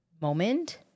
moment